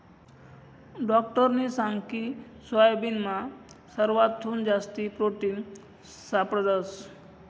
डाक्टरनी सांगकी सोयाबीनमा सरवाथून जास्ती प्रोटिन सापडंस